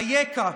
אייכה,